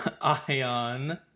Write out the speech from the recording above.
Ion